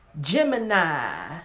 Gemini